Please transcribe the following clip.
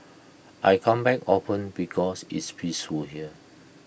I come back often because it's peaceful here